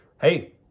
hey